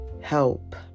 Help